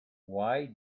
why